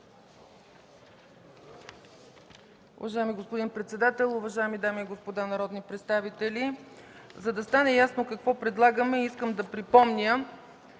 Уважаеми господин председател, уважаеми дами и господа народни представители! За да стане ясно какво предлагаме, искам да припомня